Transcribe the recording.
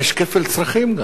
יש כפל צרכים גם,